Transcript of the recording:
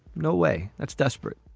no way. that's desperate.